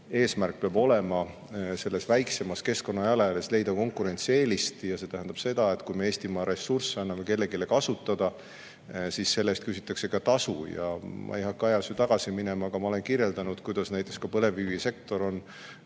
eesmärk peab olema leida selle väiksema keskkonnajalajälje juures konkurentsieelis. See tähendab seda, et kui me Eestimaa ressursse anname kellelegi kasutada, siis selle eest küsitakse ka tasu. Ma ei hakka ajas tagasi minema, aga ma olen kirjeldanud, kuidas näiteks põlevkivisektor on